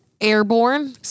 Airborne